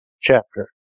chapter